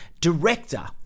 Director